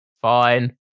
Fine